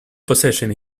possession